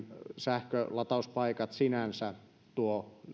sähkölatauspaikat sinänsä tuo